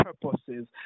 purposes